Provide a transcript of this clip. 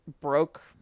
broke